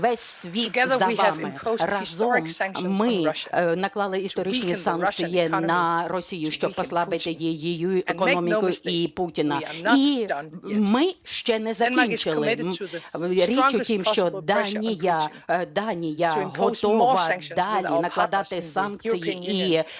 Разом ми наклали історичні санкції на Росію, щоб послабити її економіку і Путіна. І ми ще не закінчили. Річ в тім, що Данія готова далі накладати санкції і подальший